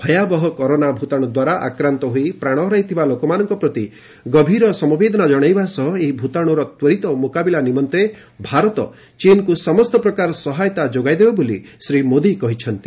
ଭୟାବହ କରୋନା ଭ୍ତାଣୁ ଦ୍ୱାରା ଆକ୍ରାନ୍ତ ହୋଇ ପ୍ରାଣ ହରାଇଥିବା ଲୋକମାନଙ୍କ ପ୍ରତି ଗଭୀର ସମବେଦନା ଜଣାଇବା ସହ ଏହି ଭୂତାଣୁର ତ୍ୱରିତ ମୁକାବିଲା ନିମନ୍ତେ ଭାରତ ଚୀନ୍କୁ ସମସ୍ତ ପ୍ରକାର ସହାୟତା ଯୋଗାଇ ଦେବ ବୋଲି ଶ୍ରୀମୋଦି କହିଛନ୍ତି